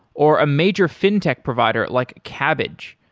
or a major fintech provider like kabbage,